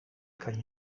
kan